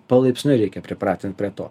palaipsniui reikia pripratint prie to